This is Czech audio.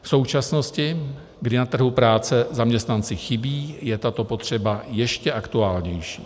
V současnosti, kdy na trhu práce zaměstnanci chybí, je tato potřeba ještě aktuálnější.